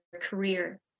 career